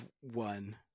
one